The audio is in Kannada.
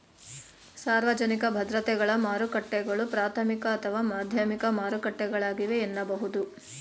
ಸಾರ್ವಜನಿಕ ಭದ್ರತೆಗಳ ಮಾರುಕಟ್ಟೆಗಳು ಪ್ರಾಥಮಿಕ ಅಥವಾ ಮಾಧ್ಯಮಿಕ ಮಾರುಕಟ್ಟೆಗಳಾಗಿವೆ ಎನ್ನಬಹುದು